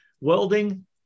welding